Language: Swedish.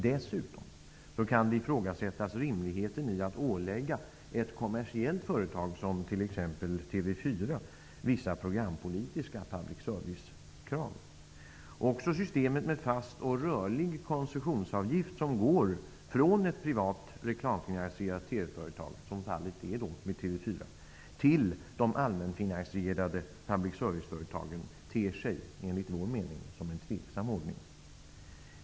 Dessutom kan ifrågasättas rimligheten i att ålägga ett kommersiellt TV-företag, t.ex. TV 4, vissa programpolitiska public service-krav. Också systemet med fast och rörlig koncessionsavgift som går från ett privat reklamfinansierat TV-företag, som är fallet med TV 4, till de allmänfinansierade public service-företagen ter sig enligt vår mening som en tveksam ordning.